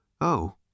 Oh